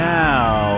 now